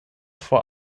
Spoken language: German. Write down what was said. vor